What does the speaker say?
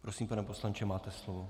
Prosím, pane poslanče, máte slovo.